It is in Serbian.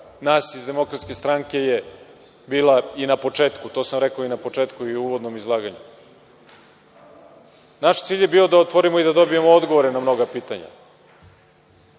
nas iz Demokratske stranke je bila i na početku, to sam rekao i na početku i u uvodnom izlaganju – naš cilj je bio da otvorimo i da dobijemo odgovore na mnoga pitanja.